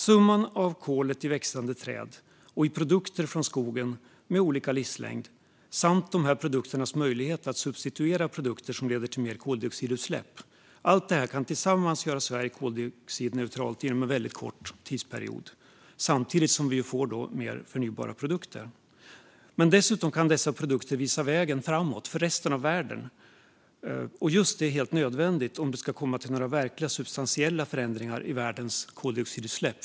Summan av kolet i växande träd och i produkter från skogen med olika livslängd, tillsammans med dessa produkters möjlighet att substituera produkter som leder till mer koldioxidutsläpp, kan göra Sverige koldioxidneutralt inom en väldigt kort tidsperiod, samtidigt som vi får mer förnybara produkter. Dessutom kan dessa produkter visa vägen framåt för resten av världen, och just detta är helt nödvändigt om det ska komma till några verkliga, substantiella förändringar i världens koldioxidutsläpp.